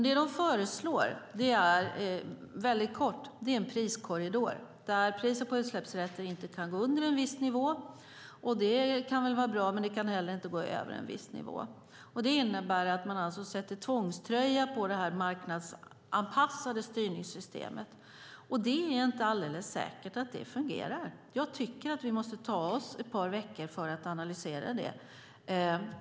Det de föreslår är väldigt kort en priskorridor där priset på utsläppsrätter inte kan gå under en viss nivå. Det kan väl vara bra. Men det kan heller inte gå över en viss nivå. Det innebär att man sätter tvångströja på det marknadsanpassade styrningssystemet. Det är inte alldeles säkert att det fungerar. Vi måste ta oss ett par veckor för att analysera det.